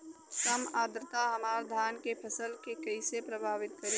कम आद्रता हमार धान के फसल के कइसे प्रभावित करी?